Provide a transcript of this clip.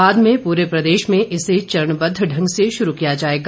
बाद में पूरे प्रदेश में इसे चरणबद्व ढंग से शुरू किया जाएगा